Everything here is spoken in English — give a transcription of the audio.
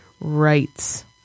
rights